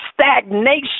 stagnation